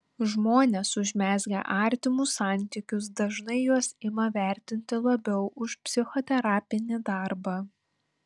žmonės užmezgę artimus santykius dažnai juos ima vertinti labiau už psichoterapinį darbą